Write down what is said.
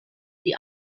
die